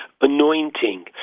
anointing